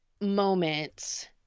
moments